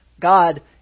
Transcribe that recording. God